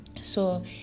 So